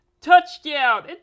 Touchdown